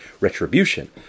retribution